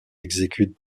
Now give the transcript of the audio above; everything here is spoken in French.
exécutent